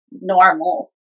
normal